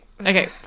Okay